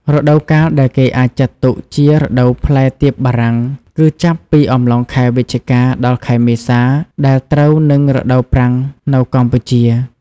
រដូវកាលដែលគេអាចចាត់ទុកជា រដូវផ្លែទៀបបារាំង គឺចាប់ពី អំឡុងខែវិច្ឆិកា ដល់ខែមេសា ដែលត្រូវនឹងរដូវប្រាំងនៅកម្ពុជា។